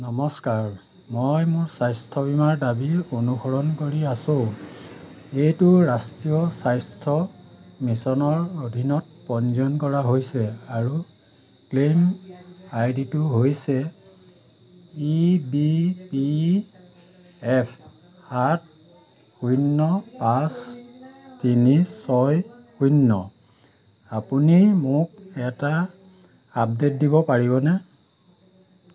নমস্কাৰ মই মোৰ স্বাস্থ্য বীমাৰ দাবীৰ অনুসৰণ কৰি আছো এইটো ৰাষ্ট্ৰীয় স্বাস্থ্য মিছনৰ অধীনত পঞ্জীয়ন কৰা হৈছে আৰু ক্লেইম আই ডি হৈছে ই বি পি এফ সাত শূন্য পাঁচ তিনি ছয় শূন্য আপুনি মোক এটা আপডে'ট দিব পাৰিবনে